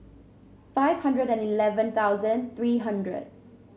five hundred and eleven thousand three hundred